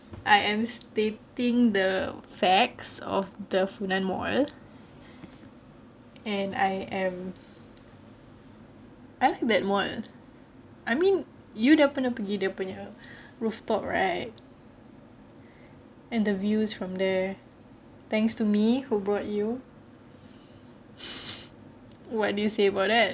I am stating the facts of the funan mall and I am I like that mall I mean you dah pernah pergi dia punya rooftop right and the views from there thanks to me who brought you what do you say about that